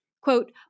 quote